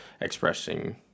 expressing